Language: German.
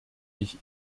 ich